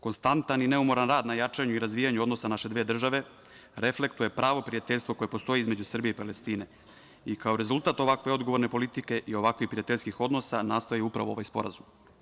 Konstantan i neumoran rad na jačanju i razvijanju odnosa naše dve države, reflektuje pravo prijateljstvo koje postoji između Srbije i Palestine i kao rezultat ovakve odgovorne politike i ovakvih prijateljskih odnosa nastao je upravo ovaj sporazum.